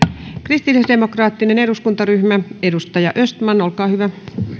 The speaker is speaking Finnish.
kristillisdemokraattinen eduskuntaryhmä edustaja östman olkaa hyvä